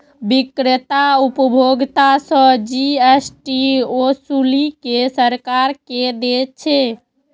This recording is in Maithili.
बिक्रेता उपभोक्ता सं जी.एस.टी ओसूलि कें सरकार कें दै छै